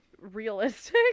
realistic